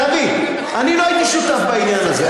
דוד, אני לא הייתי שותף בעניין הזה.